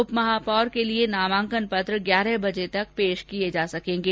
उपमहापौर के लिए नामांकन पत्र ग्यारह बजे तक पेश किये जा सकेंगे